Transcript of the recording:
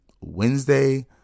Wednesday